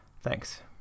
Thanks